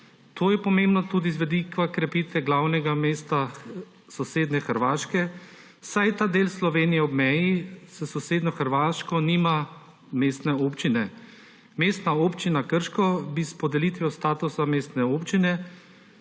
To je pomembno tudi z vidika krepitve glavnega mesta sosednje Hrvaške, saj ta del Slovenije ob meji s sosednjo Hrvaško nima mestne občine. Mestna občina Krško bi s podelitvijo statusa mestne občine